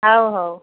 ହଉ ହଉ